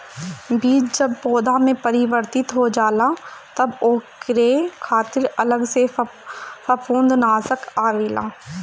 बीज जब पौधा में परिवर्तित हो जाला तब ओकरे खातिर अलग से फंफूदनाशक आवेला